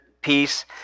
peace